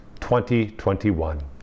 2021